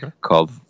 called